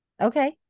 Okay